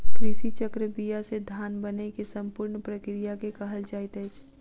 कृषि चक्र बीया से धान बनै के संपूर्ण प्रक्रिया के कहल जाइत अछि